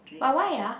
but why ah